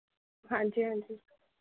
ਹਾਂਜੀ ਹਾਂਜੀ